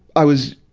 i was,